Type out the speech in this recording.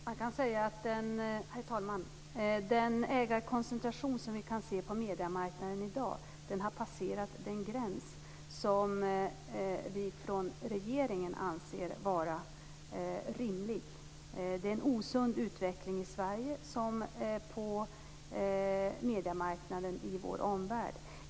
Herr talman! Den ägarkoncentration som vi kan se på mediemarknaden i dag har passerat den gräns vi från regeringen anser vara rimlig. Det är en osund utveckling såväl i Sverige som på mediemarknaden i vår omvärld.